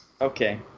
Okay